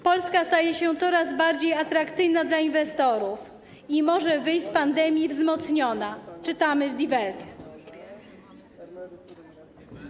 Polska staje się coraz bardziej atrakcyjna dla inwestorów i może wyjść z pandemii wzmocniona - czytamy w „Die Welt”